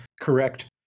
correct